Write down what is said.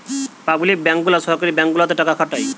public bank গুলা সরকারি bank গুলাতে টাকা খাটায়